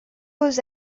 beaux